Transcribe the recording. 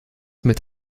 mit